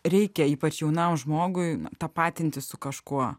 reikia ypač jaunam žmogui na tapatintis su kažkuo